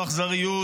זו אכזריות,